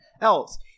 else